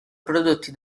prodotti